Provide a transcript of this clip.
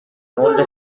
older